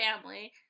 family